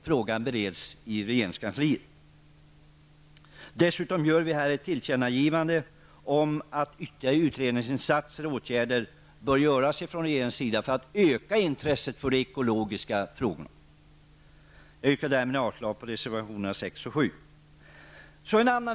Frågan bereds i regeringskansliet. Dessutom gör vi här ett tillkännagivande om att ytterligare utredningsinsatser och åtgärder bör göras från regeringens sida för att öka intresset för de ekologiska frågorna. Jag yrkar därmed avslag på reservationerna nr 6 och 7.